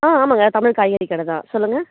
ஆ ஆமாம்ங்க கமல் காய்கறி கடை தான் சொல்லுங்கள்